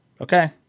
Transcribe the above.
Okay